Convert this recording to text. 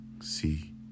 see